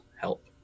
help